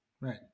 Right